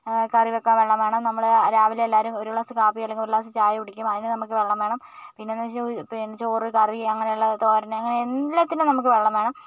കറിവെക്കാൻ വെള്ളം വേണം നമ്മൾ രാവിലെ എല്ലാവരും ഒരു ഗ്ലാസ് കാപ്പി അല്ലെങ്കിൽ ഒരു ഗ്ലാസ് ചായ കുടിക്കും അതിന് നമുക്ക് വെള്ളം വേണം പിന്നെ എന്ന് വെച്ചാൽ പിന്നെ ചോറ് കറി അങ്ങനെയുള്ള തോരന് അങ്ങനെ എല്ലാറ്റിനും നമുക്ക് വെള്ളം വേണം